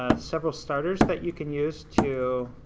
ah several starters that you can use to